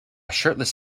shirtless